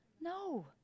no